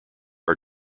are